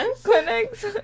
Clinics